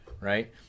Right